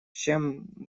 чем